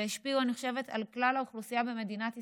ואני חושבת שהם השפיעו על כלל האוכלוסייה במדינת ישראל,